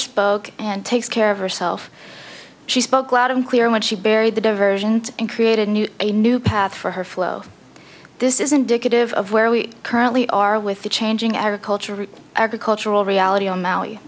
spoke and takes care of herself she spoke loud and clear when she buried the diversion and created a new a new path for her flow this is indicative of where we currently are with the changing agricultural agricultural reality on maui